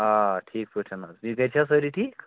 آ ٹھیٖک پٲٹھۍ حظ بیٚیہِ گرِ چھا سٲری ٹھیٖک